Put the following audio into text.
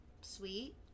sweet